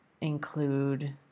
include